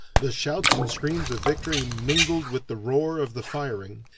the shouts and screams of victory mingled with the roar of the firing,